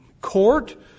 court